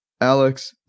Alex